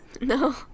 No